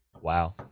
Wow